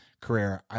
career